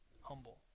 humble